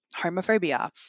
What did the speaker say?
homophobia